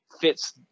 fits